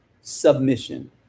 submission